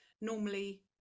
normally